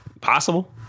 possible